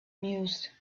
mused